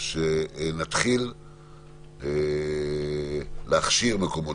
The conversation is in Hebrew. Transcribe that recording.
שנתחיל להכשיר מקומות,